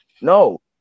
No